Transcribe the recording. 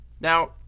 Now